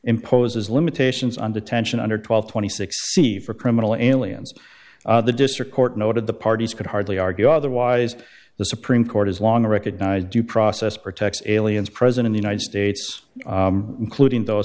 imposes limitations on detention under twelve twenty six c for criminal aliens the district court noted the parties could hardly argue otherwise the supreme court has long recognized due process protects aliens present in the united states including th